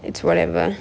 it's whatever